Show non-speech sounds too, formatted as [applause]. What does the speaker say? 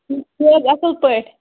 [unintelligible] چھُو حظ اَصٕل پٲٹھۍ